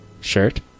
shirt